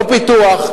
לא פיתוח,